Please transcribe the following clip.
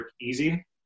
easy